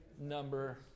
number